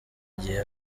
igihe